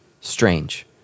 strange